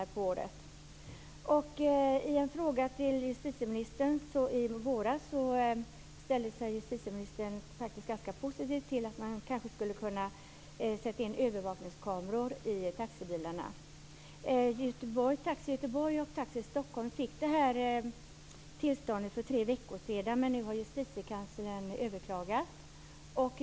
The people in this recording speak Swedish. I svaret på en fråga i våras ställde sig justitieministern ganska positiv till att man skulle sätta in övervakningskameror i taxibilarna. Taxi Göteborg och Taxi Stockholm fick sina tillstånd för tre veckor sedan, men nu har Justitiekanslern överklagat.